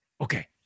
Okay